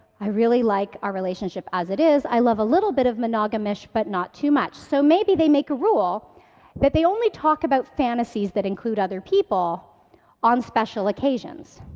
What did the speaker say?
i really like our relationship as it is. i love a little bit of monogamish, but not too much. so maybe, they make a rule that they only talk about fantasies that include other people on special occasions.